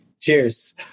Cheers